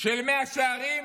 של מאה שערים